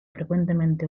frecuentemente